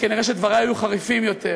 כנראה שדברי היו חריפים יותר.